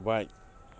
bye